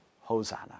Hosanna